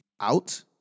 out